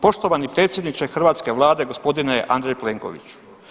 Poštovani predsjedniče hrvatske Vlade gospodine Andreju Plenkoviću.